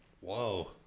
Whoa